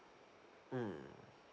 mm